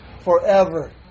forever